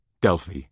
Delphi